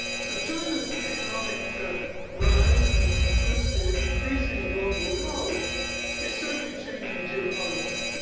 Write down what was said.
so china's economic rise and its increasing increasing global role is certainly changing geopolitics.